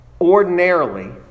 ordinarily